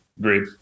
Great